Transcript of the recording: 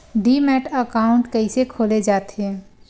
Demat account कइसे खोले जाथे?